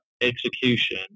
execution